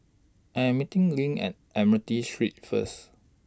I Am meeting LINK At Admiralty Street First